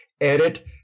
Edit